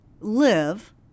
live